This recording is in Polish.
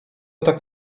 tak